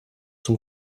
zum